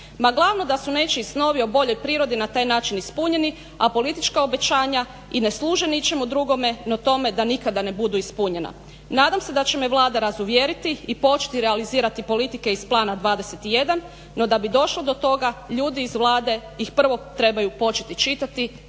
Ma glavno da su nečiji snovi o boljoj prirodi na taj način ispunjeni, a politička obećanja i ne služe ničemu drugome no tome da nikada ne budu ispunjena. Nadam se da će me Vlada razuvjeriti i početi realizirati politike iz Plana 21, no da bi došlo do toga ljudi iz Vlade ih prvo trebaju početi čitati